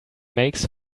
makes